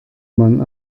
man